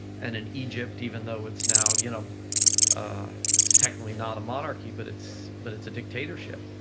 and in egypt, even though it's now you know it's technically not a monarchy, but it's but it's a dictatorship,